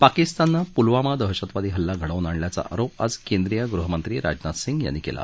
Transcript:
पाकिस्ताननं पुलवामा दहशतवादी हल्ला घडवून आणल्याचा आरोप आज केंद्रीय गृहमंत्री राजनाथ सिंग यांनी केला